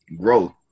growth